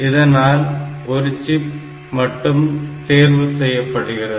இதனால் ஒரு சிப் மட்டும் தேர்வு செய்யப்படுகிறது